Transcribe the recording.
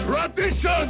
Tradition